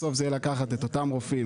בסוף, ניקח את אותם רופאים